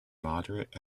moderate